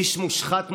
איש מושחת מוסרית,